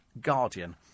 Guardian